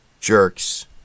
jerks